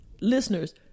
listeners